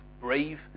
brave